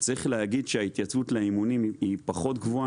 צריך להגיד שההתייצבות למילואים היא פחות גבוהה,